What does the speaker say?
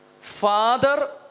father